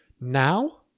Now